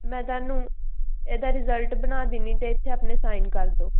ਮੈਂ ਤੁਹਾਨੂੰ ਇਹਦਾ ਰਿਜ਼ਲਟ ਬਣਾ ਦਿੰਦੀ ਅਤੇ ਇੱਥੇ ਆਪਣੇ ਸਾਈਨ ਕਰ ਦਿਓ